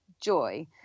joy